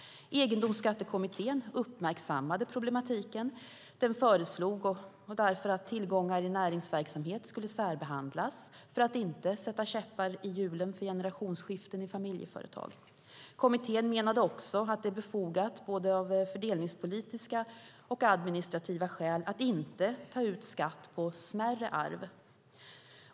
Egendomsskattekommittén uppmärksammade problematiken och föreslog därför att tillgångar i näringsverksamhet skulle särbehandlas för att inte sätta käppar i hjulen för generationsskiften i familjeföretag. Kommittén menade också att det är befogat av både fördelningspolitiska och administrativa skäl att inte ta ut skatt på smärre arv.